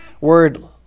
word